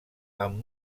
amb